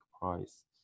price